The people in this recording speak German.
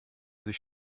sich